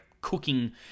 cooking